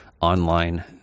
online